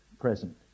present